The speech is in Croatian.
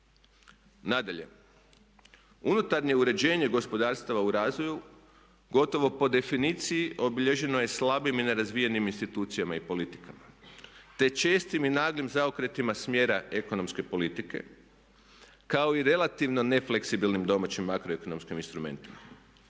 Nadalje, unutarnje uređenje gospodarstava u razvoju gotovo po definiciji obilježeno je slabim i nerazvijenim institucijama i politikama te čestim i naglim zaokretima smjera ekonomske politike kao i relativno nefleksibilnim domaćim makroekonomskim instrumentom.